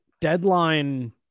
deadline